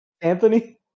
Anthony